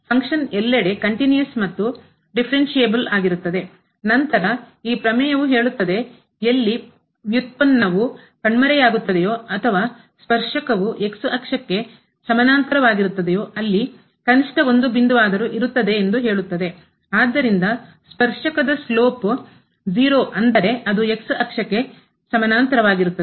ಆದ್ದರಿಂದ ಫಂಕ್ಷನ್ ಎಲ್ಲೆಡೆ continuous ನಿರಂತರ ಮತ್ತು differntiable ಆಗಿರುತ್ತದೆ ನಂತರ ಈ ಪ್ರಮೇಯವು ಹೇಳುತ್ತದೆ ಎಲ್ಲಿ ವ್ಯುತ್ಪನ್ನವು ಕಣ್ಮರೆಯಾಗುತ್ತದೆಯೋ ಅಥವಾ ಸ್ಪರ್ಶಕವು ಸಮಾನಾಂತರವಾಗಿರುತ್ತದೆಯೋ ಅಲ್ಲಿ ಕನಿಷ್ಠ ಒಂದು ಬಿಂದುವಾದರೂ ಇರುತ್ತದೆ ಎಂದು ಹೇಳುತ್ತದೆ ಆದ್ದರಿಂದ ಸ್ಪರ್ಶಕದ ಸ್ಲೋಪ್ ಇಳಿಜಾರು ಅಂದರೆ ಅದು ಸಮಾನಾಂತರವಾಗಿರುತ್ತದೆ